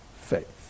faith